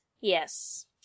Yes